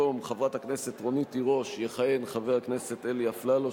במקום חברת הכנסת רונית תירוש יכהן חבר הכנסת אלי אפללו,